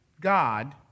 God